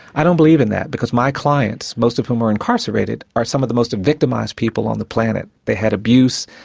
i don't believe in that, because my clients, most of whom are incarcerated, are some of the most victimised people on the planet. they had abuse,